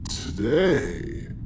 today